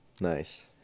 nice